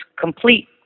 complete